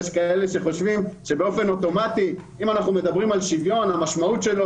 יש כאלו שחושבים שאם אנחנו מדברים על שוויון המשמעות היא